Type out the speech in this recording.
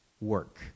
work